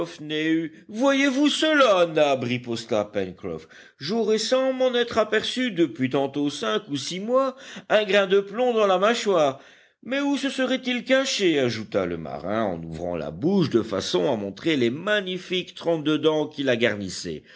voyez-vous cela nab riposta pencroff j'aurais sans m'en être aperçu depuis tantôt cinq ou six mois un grain de plomb dans la mâchoire mais où se serait-il caché ajouta le marin en ouvrant la bouche de façon à montrer les magnifiques trente-deux dents qui la garnissaient